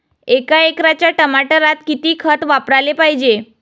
एका एकराच्या टमाटरात किती खत वापराले पायजे?